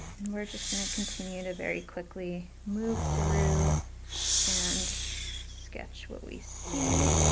and we're just going to continue to very quickly move through and sketch what we see.